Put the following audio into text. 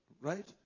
Right